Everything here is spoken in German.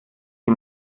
sie